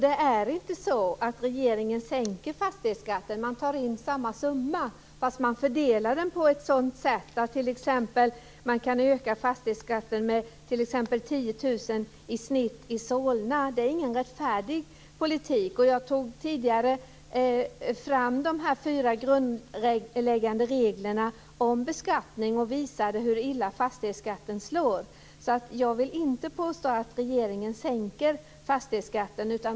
Fru talman! Regeringen sänker inte fastighetsskatten. Man tar in samma summa, fast man fördelar den på ett sådant sätt att man t.ex. kan öka fastighetsskatten med 10 000 kr i snitt i Solna. Det är ingen rättfärdig politik. Jag tog tidigare fram de här fyra grundläggande reglerna om beskattning och visade hur illa fastighetsskatten slår. Jag vill inte påstå att regeringen sänker fastighetsskatten.